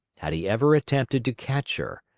had he ever attempted to catch her.